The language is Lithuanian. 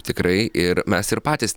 tikrai ir mes ir patys